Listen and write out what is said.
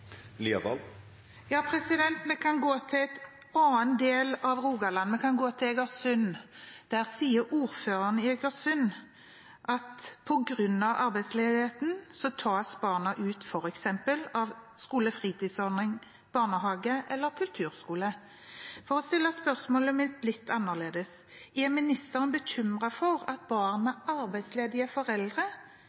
Vi kan gå til en annen del av Rogaland. Vi kan gå til Egersund. Der sier ordføreren at barna tas ut av f.eks. skolefritidsordningen, barnehagen og kulturskolen på grunn av arbeidsledigheten. For å stille spørsmålet mitt litt annerledes: Er ministeren bekymret for at barn med arbeidsledige foreldre